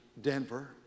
Denver